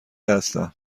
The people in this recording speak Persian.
هستم